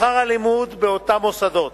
בשכר הלימוד באותם מוסדות,